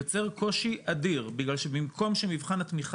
יוצר קושי אדיר בגלל שבמקום שמבחן התמיכה